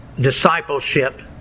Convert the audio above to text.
discipleship